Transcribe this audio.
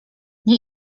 nie